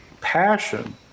passion